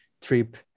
trip